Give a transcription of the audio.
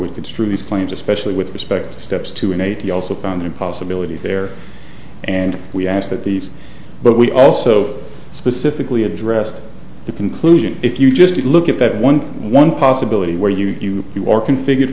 would construe these claims especially with respect to steps two and eighty also found a possibility there and we ask that these but we also specifically addressed the conclusion if you just look at that one point one possibility where you you are configured